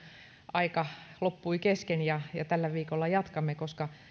aika loppui kesken ja ja tällä viikolla jatkamme koska